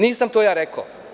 Nisam ja to rekao.